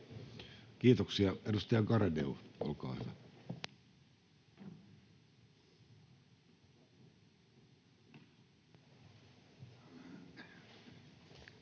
Kiitoksia. — Edustaja Garedew, olkaa hyvä.